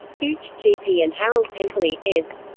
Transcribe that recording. gooch, g. p. and harold temperley, eds.